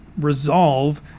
resolve